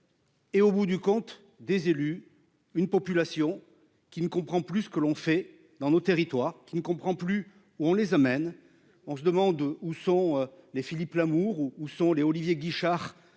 Et au bout du compte des élus. Une population qui ne comprend plus ce que l'on fait dans nos territoires qui ne comprend plus, où on les amène. On se demande où sont les Philippe Lamour où sont les Olivier Guichard